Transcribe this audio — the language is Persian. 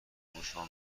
گوشمان